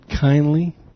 kindly